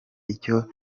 icyo